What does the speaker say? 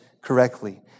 correctly